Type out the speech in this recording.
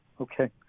Okay